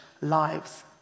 lives